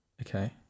Okay